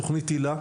תכנית הילה.